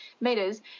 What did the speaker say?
meters